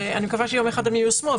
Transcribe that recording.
ואני מקווה שיום אחד הם ייושמו.